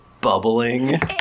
bubbling